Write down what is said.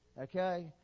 Okay